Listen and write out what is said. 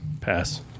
Pass